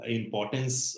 importance